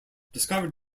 discovered